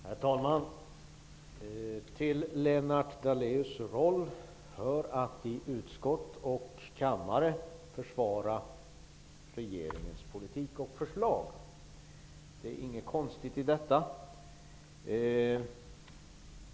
Herr talman! Till Lennart Daléus roll hör att i utskott och kammare försvara regeringens politik och förslag. Det är inget konstigt med det.